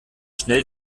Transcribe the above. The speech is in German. schnell